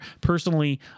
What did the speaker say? Personally